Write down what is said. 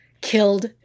killed